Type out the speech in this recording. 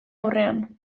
aurrean